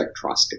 spectroscopy